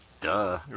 Duh